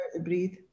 Breathe